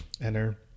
enter